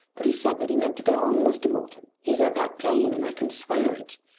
but he said that he meant to go on, mr. morton. he said that plain, and i can swear it.